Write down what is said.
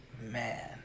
man